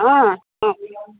অ